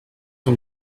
ton